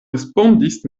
respondis